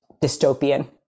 dystopian